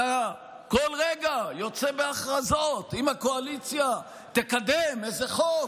אתה כל רגע יוצא בהכרזות: אם הקואליציה תקדם איזה חוק,